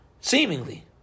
seemingly